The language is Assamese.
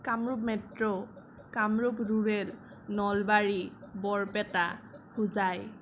Kamrup metro Kamrup rural Nalbari Barpeta Hojai